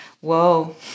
Whoa